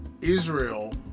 Israel